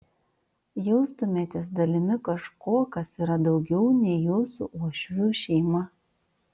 jaustumėtės dalimi kažko kas yra daugiau nei jūsų uošvių šeima